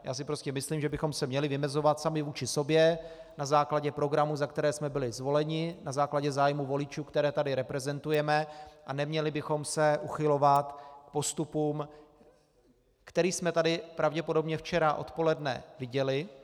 Já si prostě myslím, že bychom se měli vymezovat sami vůči sobě na základě programů, za které jsme byli zvoleni, na základě zájmu voličů, které tady reprezentujeme, a neměli bychom se uchylovat k postupům, který jsme tady pravděpodobně včera odpoledne viděli.